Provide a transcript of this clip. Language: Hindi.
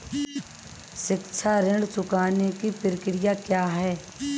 शिक्षा ऋण चुकाने की प्रक्रिया क्या है?